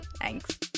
Thanks